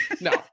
No